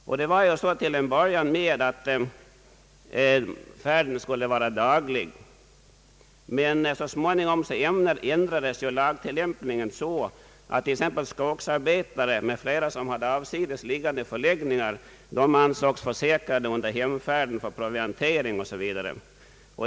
Till en början ansågs det t.o.m. att färden skulle vara daglig, men så småningom ändrades lagtillämpningen så att skogsarbetare m.fl. med avsides liggande förläggningar ansågs försäkrade under hemfärd för proviantering o.s.v.